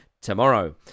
tomorrow